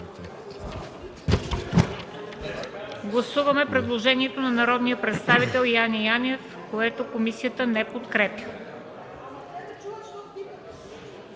гласуване предложението на народния представител Петър Хлебаров, което комисията не подкрепя.